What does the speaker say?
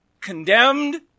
condemned